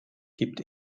gibt